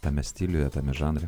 tame stiliuje tame žanre